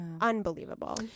unbelievable